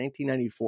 1994